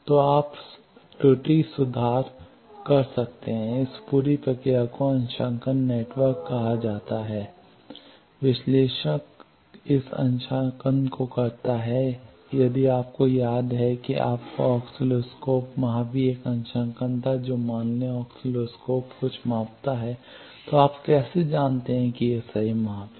तो आप त्रुटि सुधार कर सकते हैं इस पूरी प्रक्रिया को अंशांकन नेटवर्क कहा जाता है विश्लेषक इस अंशांकन को करता है यदि आपको याद है कि आपके ऑस्किलोस्कोप वहाँ भी एक अंशांकन था जो मान लें कि ऑस्किलोस्कोप कुछ मापता है तो आप कैसे जानते हैं कि यह सही माप है